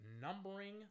numbering